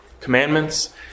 commandments